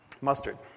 mustard